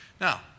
Now